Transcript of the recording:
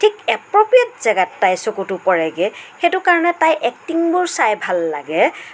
ঠিক এপ্ৰ'প্ৰিয়েত জেগাত তাইৰ চকুটো পৰেগৈ সেইটো কাৰণে তাইৰ এক্টিংবোৰ চাই ভাল লাগে